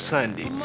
Sunday